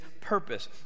purpose